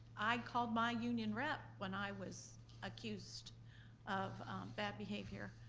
i called my union rep when i was accused of bad behavior.